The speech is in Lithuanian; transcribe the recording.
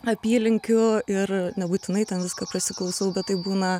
apylinkių ir nebūtinai ten viską prasiklausau bet tai būna